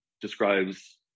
describes